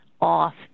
off